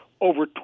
over